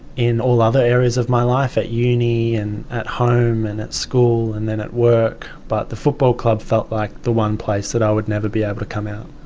in all other areas of my life at uni and at home and at school and then at work but the football club felt like the one place that i would never be able to come out.